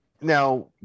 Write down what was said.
now